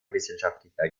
wissenschaftlicher